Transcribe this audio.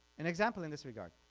an example in this regard,